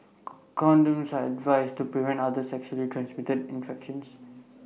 condoms are advised to prevent other sexually transmitted infections